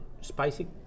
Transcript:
spicy